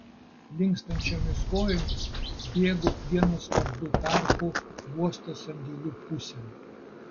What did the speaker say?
linkstančiomis kojomis bėgu plieno skardų tarpu uosto sandėlių pusėn